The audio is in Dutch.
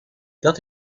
dat